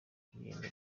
kugenda